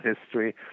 history